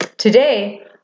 Today